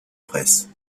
presse